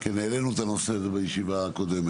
כן, העלנו את הנושא הזה בישיבה הקודמת.